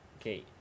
Okay